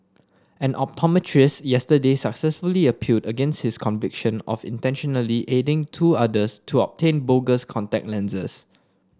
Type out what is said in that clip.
an optometrist yesterday successfully appealed against his conviction of intentionally aiding two others to obtain bogus contact lenses